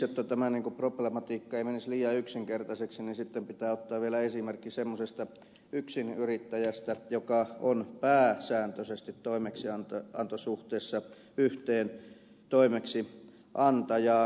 jotta tämä problematiikka ei menisi liian yksinkertaiseksi niin pitää ottaa vielä esimerkki semmoisesta yksinyrittäjästä joka on pääsääntöisesti toimeksiantosuhteessa yhteen toimeksiantajaan